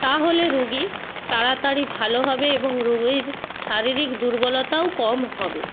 তাহলে রুগী তাড়াতাড়ি ভালো হবে এবং রোগের শারীরিক দুর্বলতাও কম হবে